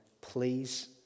please